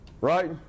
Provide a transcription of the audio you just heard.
Right